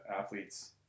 athletes